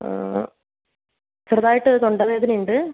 ചെറുതായിട്ടൊരു തൊണ്ടവേദന ഉണ്ട്